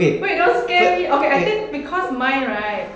wait that was scary okay I think because mine right